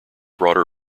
brought